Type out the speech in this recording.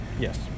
Yes